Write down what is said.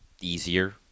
easier